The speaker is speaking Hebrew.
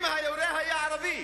אם היורה היה ערבי